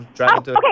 okay